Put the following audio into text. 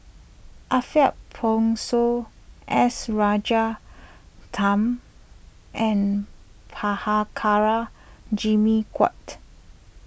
Ariff Bongso S Rajaratnam and Prabhakara Jimmy Quek